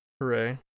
Hooray